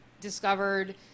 discovered